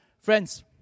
friends